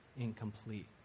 incomplete